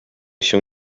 się